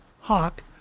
Hawk